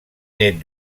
nét